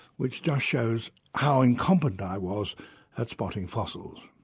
which just shows how incompetent i was at spotting fossils.